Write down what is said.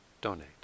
donate